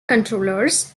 controllers